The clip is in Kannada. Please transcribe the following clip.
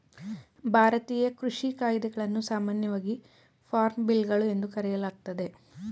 ಭಾರತೀಯ ಕೃಷಿ ಕಾಯಿದೆಗಳನ್ನು ಸಾಮಾನ್ಯವಾಗಿ ಫಾರ್ಮ್ ಬಿಲ್ಗಳು ಎಂದು ಕರೆಯಲಾಗ್ತದೆ